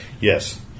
Yes